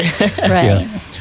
Right